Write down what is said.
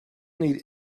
need